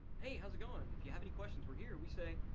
hey how's it goin' if you have any questions we're here. we say,